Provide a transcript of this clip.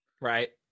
right